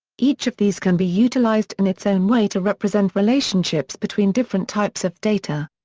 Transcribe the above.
each of these can be utilized in its own way to represent relationships between different types of data.